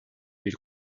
bir